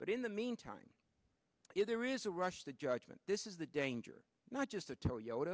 but in the meantime if there is a rush to judgment this is the danger not just a toyota